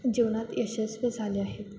जीवनात यशस्वी झाले आहेत